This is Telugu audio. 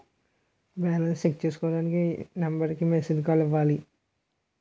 బాలన్స్ చెక్ చేసుకోవటానికి ఏ నంబర్ కి మిస్డ్ కాల్ ఇవ్వాలి?